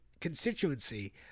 constituency